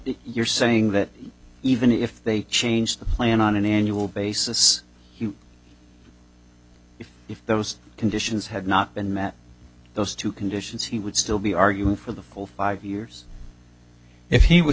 you're saying that even if they change the plan on an annual basis if those conditions had not been met those two conditions he would still be are you for the full five years if he was